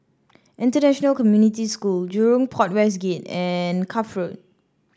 International Community School Jurong Port West Gate and Cuff Road